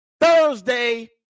Thursday